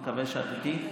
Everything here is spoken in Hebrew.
אני מקווה שאת איתי.